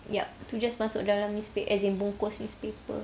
ya tu just masuk dalam newsp~ as in bungkus newspaper